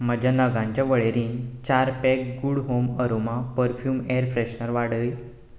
म्हज्या नगांच्या वळेरेन चार pack good home aroma perfume air freshener वाडय